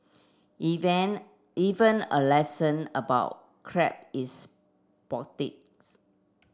even even a lesson about crab is poetics